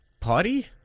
party